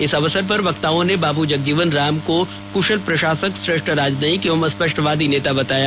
इस अवसर पर वक्ताओं ने बाबू जगजीवन राम को कुशल प्रशासक श्रेष्ठ राजनयिक एवं स्पष्टवादी नेता बताया